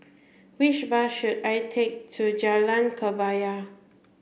which bus should I take to Jalan Kebaya